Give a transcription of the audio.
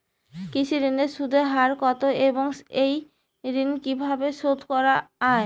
কৃষি ঋণের সুদের হার কত এবং এই ঋণ কীভাবে শোধ করা য়ায়?